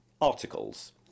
articles